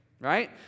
right